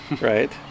right